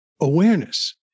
Awareness